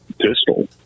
pistol